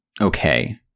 okay